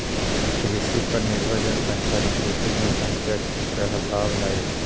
कृषि पर निर्भर जनसंख्या कृषि जनसंख्या कहलावऽ हई